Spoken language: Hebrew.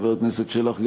חבר הכנסת שלח,